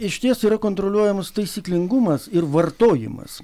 išties yra kontroliuojamas taisyklingumas ir vartojimas